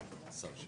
10:19